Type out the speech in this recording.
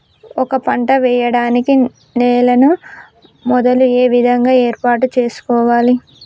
ఒక పంట వెయ్యడానికి నేలను మొదలు ఏ విధంగా ఏర్పాటు చేసుకోవాలి?